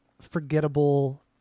forgettable